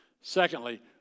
Secondly